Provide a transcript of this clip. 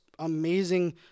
amazing